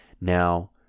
Now